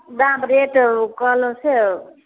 दाम रेट कहलहुँ से